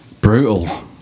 brutal